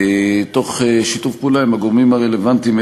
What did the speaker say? תוך שיתוף פעולה עם הגורמים הרלוונטיים,